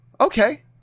okay